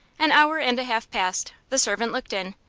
an hour and a half passed, the servant looked in,